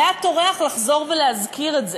היה טורח לחזור ולהזכיר את זה.